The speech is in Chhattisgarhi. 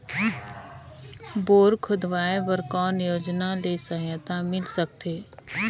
बोर खोदवाय बर कौन योजना ले सहायता मिल सकथे?